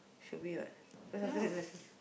should be what cause after that lesson finish